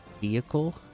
Vehicle